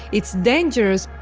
it's dangerous.